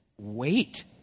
wait